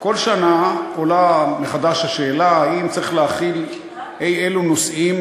כל שנה עולה מחדש השאלה: האם צריך להחיל אי-אלו נושאים,